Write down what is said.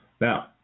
Now